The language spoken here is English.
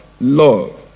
love